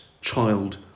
child